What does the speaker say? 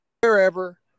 wherever